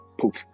poof